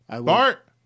Bart